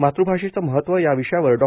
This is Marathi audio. मातृभाषेचं महत्व या विषयावर डॉ